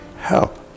help